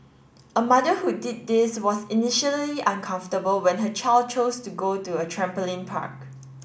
a mother who did this was initially uncomfortable when her child chose to go to a trampoline park